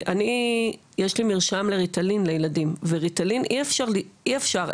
אני יש לי מרשם לריטלין לילדים וריטלין אי אפשר,